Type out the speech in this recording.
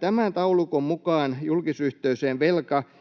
Tämän taulukon mukaan julkisyhteisöjen velka —